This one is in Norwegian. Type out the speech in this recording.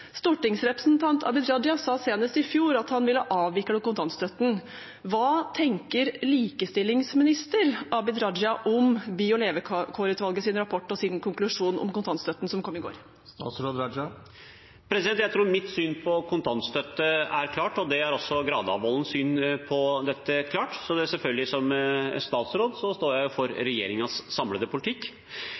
Stortingsrepresentant Abid O, Raja sa senest i fjor at han ville avvikle kontantstøtten. Hva tenker likestillingsminister Abid Q. Raja om by- og levekårsutvalgets rapport og konklusjon om kontantstøtten, som kom i går? Jeg tror mitt syn på kontantstøtten er klart, også Granavolden-plattformens syn på dette er klart, og som statsråd står jeg selvfølgelig for regjeringens samlede politikk.